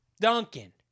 duncan